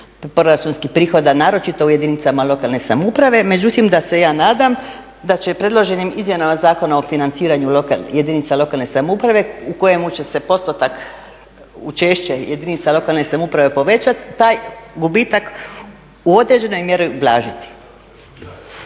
proračunskih prihoda naročito u jedinicama lokalne samouprave, međutim da se ja nadam da će predloženim izmjenama Zakona o financiranju jedinica lokalne samouprave u kojemu će se učešće jedinica lokalne samouprave povećati taj gubitak u određenoj mjeri ublažiti.